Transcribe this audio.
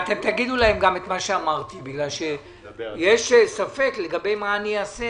תגידו להם גם את מה שאמרתי בגלל שיש ספק לגבי מה אני אעשה,